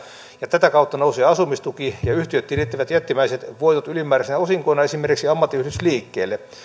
ja tätä kautta nousee asumistuki ja yhtiöt tilittävät jättimäiset voitot ylimääräisinä osinkoina esimerkiksi ammattiyhdistysliikkeelle